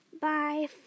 Bye